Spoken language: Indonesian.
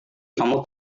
kamu